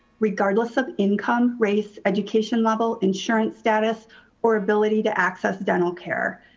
regardless of income, race, education level, insurance status or ability to access dental care.